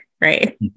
right